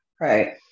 Right